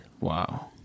Wow